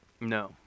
No